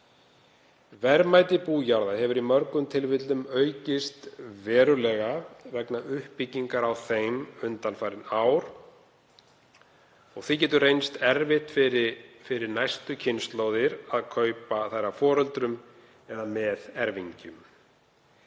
Verðmæti bújarða hefur í mörgum tilvikum aukist verulega vegna uppbyggingar á þeim undanfarin ár og því getur reynst erfitt fyrir næstu kynslóðir að kaupa þær af foreldrum eða meðerfingjum.